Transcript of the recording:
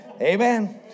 Amen